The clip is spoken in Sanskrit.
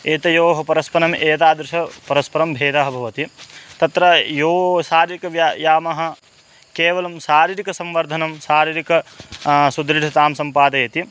एतयोः परस्परम् एतादृशः परस्परं भेदः भवति तत्र यः शारीरिकव्यायामः केवलं शारीरिकसंवर्धनं शारीरिकीं सुदृढतां सम्पादयति